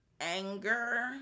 Anger